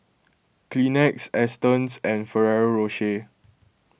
Kleenex Astons and Ferrero Rocher